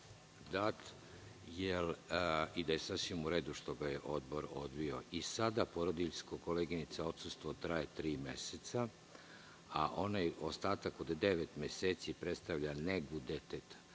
zakona i da je sasvim u redu što ga je Odbor odbio. Koleginice, i sada porodiljsko odsustvo traje tri meseca, a onaj ostatak od devet meseci predstavlja negu deteta,